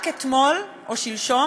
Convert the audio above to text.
רק אתמול או שלשום,